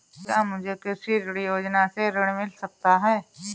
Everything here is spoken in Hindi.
क्या मुझे कृषि ऋण योजना से ऋण मिल सकता है?